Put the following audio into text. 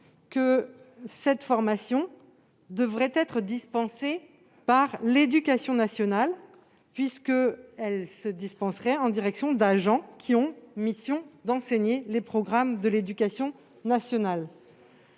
que cette formation devrait être dispensée par l'éducation nationale, puisqu'elle s'adresse à des agents qui ont pour mission d'enseigner les programmes de l'éducation nationale.